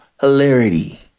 hilarity